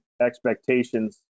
expectations